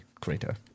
greater